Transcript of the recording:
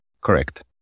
Correct